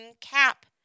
cap